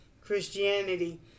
Christianity